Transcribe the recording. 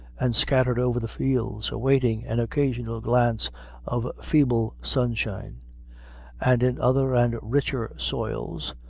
and scattered over the fields, awaiting an occasional glance of feeble sunshine and in other and richer soils,